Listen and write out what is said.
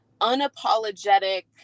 unapologetic